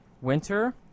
winter